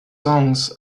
songs